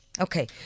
Okay